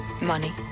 Money